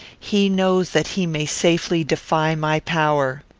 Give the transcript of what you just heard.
he knows that he may safely defy my power.